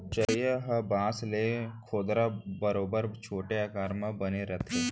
चरिहा ह बांस ले खोदरा बरोबर छोटे आकार म बने रथे